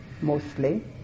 mostly